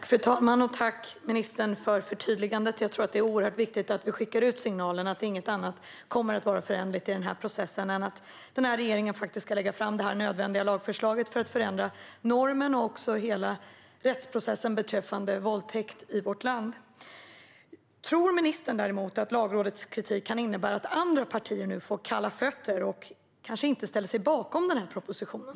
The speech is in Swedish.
Fru talman! Tack, ministern, för förtydligandet! Det är oerhört viktigt att vi skickar ut signalen att inget annat kommer att vara föränderligt i processen än att regeringen ska lägga fram detta nödvändiga lagförslag för att förändra normen och hela rättsprocessen beträffande våldtäkt i vårt land. Tror ministern att Lagrådets kritik kan innebära att andra partier nu får kalla fötter och kanske inte ställer sig bakom propositionen?